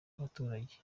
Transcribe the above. abaturage